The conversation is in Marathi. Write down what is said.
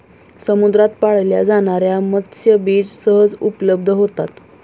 समुद्रात पाळल्या जाणार्या मत्स्यबीज सहज उपलब्ध होतात